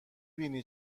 بینی